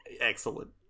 Excellent